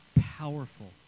powerful